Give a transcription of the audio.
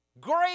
Great